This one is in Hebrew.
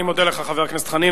אני מודה לך, חבר הכנסת חנין.